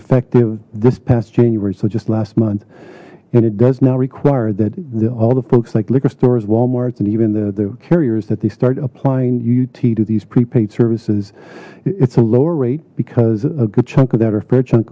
effective this past january so just last month and it does not require that all the folks like liquor stores walmart's and even the carriers that they started applying uut to these prepaid services it's a lower rate because a good chunk of that or fair chunk